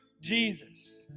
Jesus